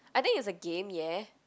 I think it's a game ya